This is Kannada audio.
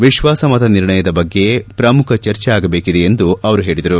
ವಿಶ್ವಾಸಮತ ನಿರ್ಣಯದ ಬಗ್ಗೆ ಪ್ರಮುಖವಾಗಿ ಚರ್ಚೆ ಆಗಬೇಕಿದೆ ಎಂದು ಹೇಳಿದರು